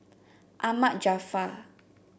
Ahmad Jaafar